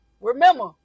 Remember